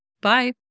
Bye